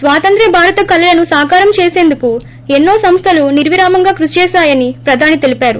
స్వాతంత్ర్య భారత కలలను సాకారం చేసేందుకు ఎన్నో సంస్థలు నిర్విరామంగా కృషి చేశాయని ప్రధాని తెలిపారు